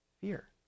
fear